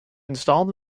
install